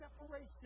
separation